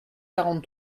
quarante